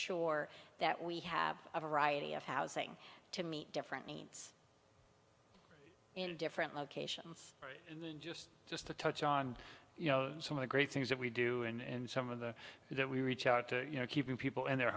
sure that we have a variety of housing to meet different needs in different locations and just just to touch on you know some of the great things that we do and some of the that we reach out to you know keeping people in their